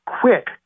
quick